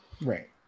right